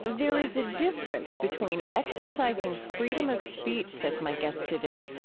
there is a difference between exercising freedom of speech, says my guest today,